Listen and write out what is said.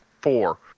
Four